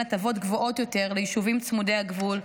הטבות גבוהות יותר ליישובים צמודי הגבול,